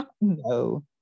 no